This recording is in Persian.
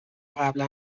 قبلا